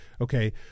Okay